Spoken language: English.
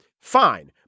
Fine